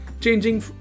Changing